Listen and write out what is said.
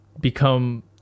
become